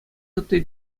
ытти